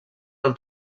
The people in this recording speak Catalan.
del